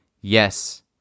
yes